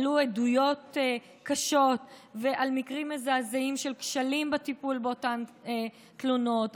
היו עדויות קשות על מקרים מזעזעים של כשלים בטיפול באותן תלונות,